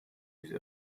diese